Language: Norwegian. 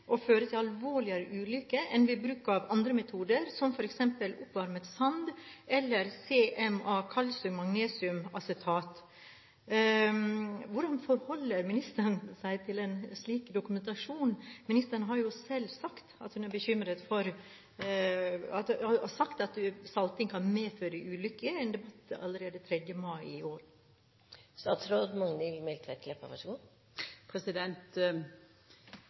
til alvorligere ulykker enn ved bruk av andre metoder, som f.eks. oppvarmet sand eller CMA, kalsium-magnesium-acetat. Hvordan forholder ministeren seg til en slik dokumentasjon? Hun sa jo selv i en debatt allerede 3. mai i år at salting kan medføre ulykker.